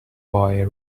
boy